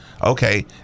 Okay